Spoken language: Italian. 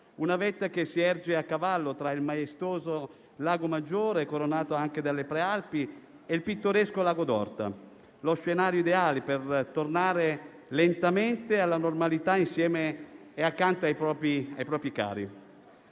Una vetta che si erge a cavallo tra il maestoso Lago Maggiore, coronato anche delle Prealpi, e il pittoresco Lago d'Orta: lo scenario ideale per tornare lentamente alla normalità insieme e accanto ai propri ai